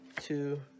two